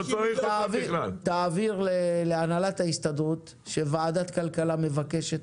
תעביר להנהלת ההסתדרות שוועדת הכלכלה מבקשת